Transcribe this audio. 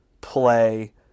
play